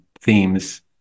themes